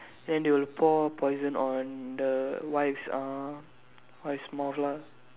then they will pour poison on the wife's uh wife's mouth lah